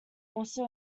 also